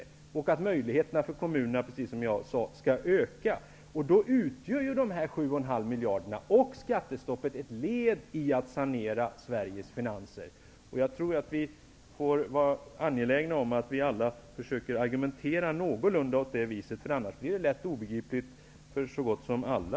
Kommunernas möjligheter skall, som jag sade, öka, och de 7 1/2 miljarderna och skattestoppet utgör ett led i ansträngningarna att sanera Sveriges finanser. Vi får alla vara angelägna om att argumentera någorlunda åt det hållet -- annars blir det obegripligt för så gott som alla.